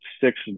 six